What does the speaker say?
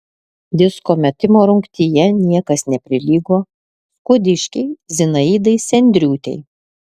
disko metimo rungtyje niekas neprilygo skuodiškei zinaidai sendriūtei